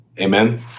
Amen